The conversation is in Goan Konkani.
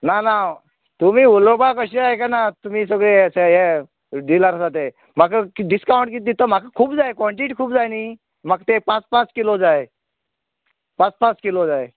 ना ना तुमी उलोवपा कशें आयकना तुमी सगळें ते ये डीलर आस ते म्हाका डिस्काउंट कितें दिता तो म्हाका खूब जाय म्हाका कोणटीटी खूब जाय न्ही म्हाका ते पांच पांच किलो जाय पांच पांच किलो जाय